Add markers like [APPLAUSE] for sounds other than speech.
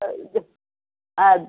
[UNINTELLIGIBLE] ಅದು